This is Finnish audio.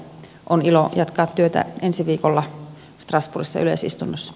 on ilo jatkaa työtä ensi viikolla strasbourgissa yleisistunnossa